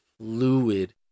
fluid